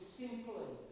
simply